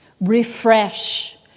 refresh